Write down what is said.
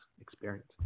experience